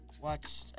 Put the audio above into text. watch